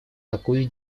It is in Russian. такую